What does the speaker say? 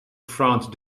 france